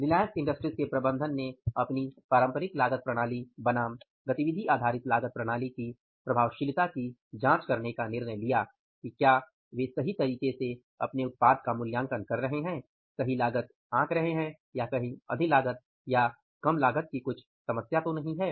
Reliance Industries के प्रबंधन ने अपनी पारंपरिक लागत प्रणाली बनाम गतिविधि आधारित लागत प्रणाली की प्रभावशीलता की जांच करने का निर्णय लिया कि क्या वे सही तरीके से अपने उत्पाद का मूल्यांकन कर रहे हैं सही लागत आँक रहे हैं या कहीं अधिलागत या कम लागत की कुछ समस्या तो नहीं हैं